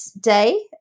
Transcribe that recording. Day